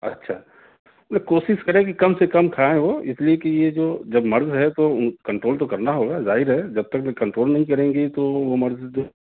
اچھا مطلب کوشش کریں کہ کم سے کم کھائیں وہ اِس لیے کہ یہ جو جب مرض ہے تو اُن کنٹرول تو کرنا ہوگا ظاہر ہے جب تک کہ کنٹرول نہیں کریں گی تو وہ مرض جو